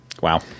Wow